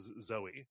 Zoe